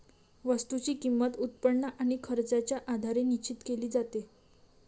वस्तूची किंमत, उत्पन्न आणि खर्चाच्या आधारे निश्चित केली जाते